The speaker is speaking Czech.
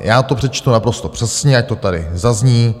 Já to přečtu naprosto přesně, ať to tady zazní.